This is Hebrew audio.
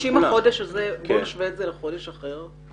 50 בחודש הזה, בוא נשווה זאת לחודש אחר.